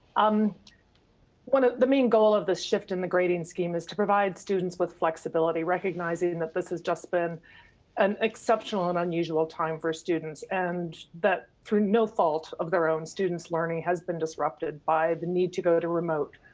um the main goal of the shift in the grading scheme is to provide students with flexibility, recognizing and that this has just been an exceptional and unusual time for students and that through no fault of their own, students' learning has been disrupted by the need to go to remote.